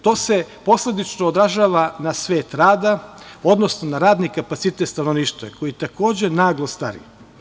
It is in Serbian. To se posledično odražava na svet rada, odnosno na radni kapacitet stanovništva koji takođe naglo stari.